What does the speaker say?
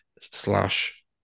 slash